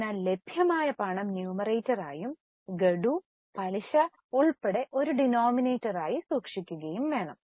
അതിനാൽ ലഭ്യമായ പണം ന്യുമറേറ്റർ ആയും ഗഡു പലിശ ഉൾപ്പെടെ ഒരു ഡിനോമിനേറ്ററായി സൂക്ഷിക്കുകയും വേണം